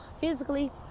physically